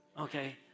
Okay